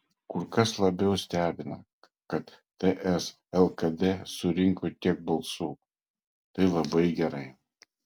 kur kas labiau stebina kad ts lkd surinko tiek balsų tai labai gerai